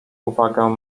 uwagę